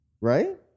right